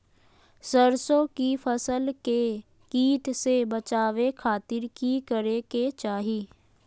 सरसों की फसल के कीट से बचावे खातिर की करे के चाही?